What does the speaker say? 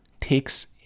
takes